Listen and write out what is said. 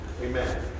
Amen